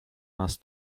nas